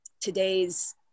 today's